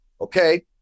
okay